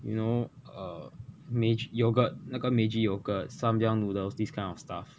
you know uh meij~ yogurt 那个 meiji yogurt samyang noodles this kind of stuff